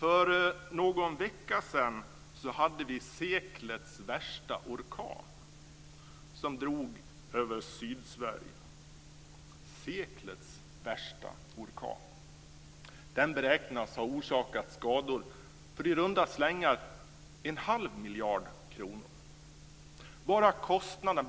För någon vecka sedan hade vi seklets värsta orkan som drog över Sydsverige - alltså seklets värsta orkan! Den beräknas ha orsakat skador för i runda slängar en halv miljard kronor.